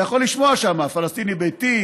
אתה יכול לשמוע שם: פלסטין היא ביתי,